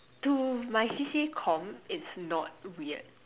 to my C_C_A comm it's not weird